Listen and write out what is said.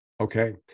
Okay